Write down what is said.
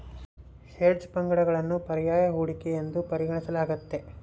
hedge ಫಂಡ್ಗಳನ್ನು ಪರ್ಯಾಯ ಹೂಡಿಕೆ ಎಂದು ಪರಿಗಣಿಸಲಾಗ್ತತೆ